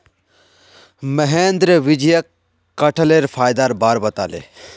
महेंद्र विजयक कठहलेर फायदार बार बताले